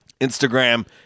Instagram